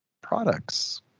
products